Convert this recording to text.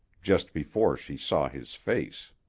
just before she saw his face.